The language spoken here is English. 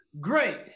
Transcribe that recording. great